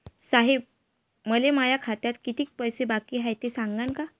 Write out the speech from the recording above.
साहेब, मले माया खात्यात कितीक पैसे बाकी हाय, ते सांगान का?